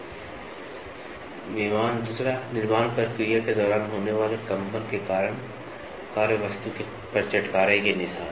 • निर्माण प्रक्रिया के दौरान होने वाले कंपन के कारण कार्यवस्तु पर चटकारे के निशान